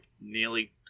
nearly